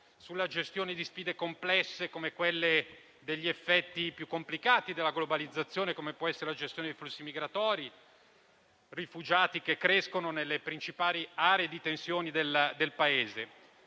alla gestione di sfide complesse come quelle degli effetti più complicati della globalizzazione, come può essere la gestione dei flussi migratori; rifugiati che crescono nelle principali aree di tensione del Paese.